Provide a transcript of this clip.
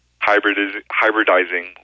hybridizing